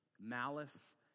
malice